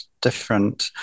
different